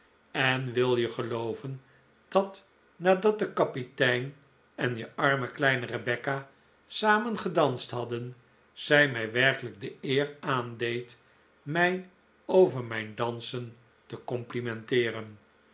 en wil je gelooven dat nadat de kapitein en je arme kleine rebecca samen gedanst hadden zij mij werkelijk de eer aandeed mij over mijn dansen te complimenteeren